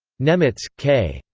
nemitz, k,